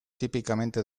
típicamente